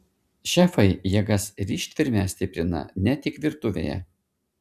šefai jėgas ir ištvermę stiprina ne tik virtuvėje